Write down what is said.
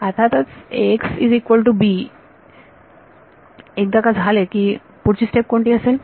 अर्थातच Axb एकदा का झाली की पुढची स्टेप कोणती असेल